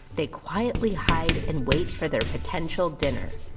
they quietly hide and wait for their potential dinner.